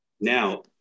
Now